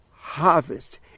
harvest